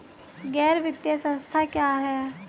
गैर वित्तीय संस्था क्या है?